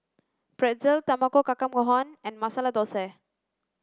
Pretzel Tamago Kake Gohan and Masala Dosa